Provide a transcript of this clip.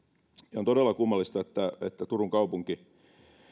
ja on todella kummallista että turun kaupunki